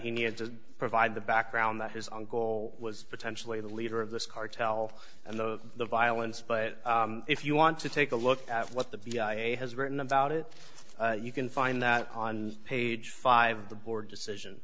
he needed to provide the background that his uncle was potentially the leader of this cartel and the violence but if you want to take a look at what the v i i has written about it you can find that on page five of the board decision